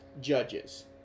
judges